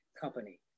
company